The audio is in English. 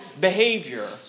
behavior